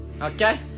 okay